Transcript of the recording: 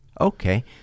Okay